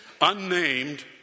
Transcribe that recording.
unnamed